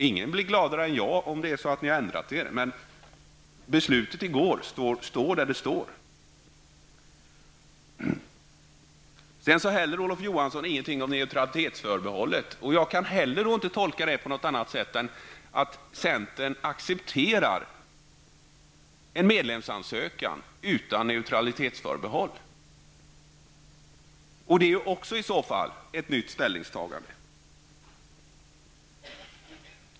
Ingen blir gladare än jag om ni har ändrat er, men beslutet i går står där det står. Olof Johansson sade i sitt anförande heller ingenting om neutralitetsförbehållet. Jag kan inte tolka det på något annat sätt än att centern accepterar en medlemskapsansökan utan neutralitetsförbehåll. Det är ju också i så fall ett nytt ställningstagande.